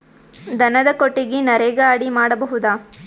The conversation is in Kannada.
ದನದ ಕೊಟ್ಟಿಗಿ ನರೆಗಾ ಅಡಿ ಮಾಡಬಹುದಾ?